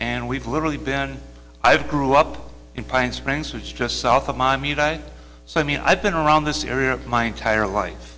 and we've literally been i've grew up in pine springs which is just south of miami so i mean i've been around this area my entire life